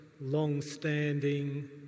long-standing